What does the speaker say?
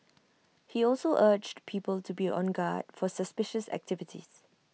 he also urged people to be on guard for suspicious activities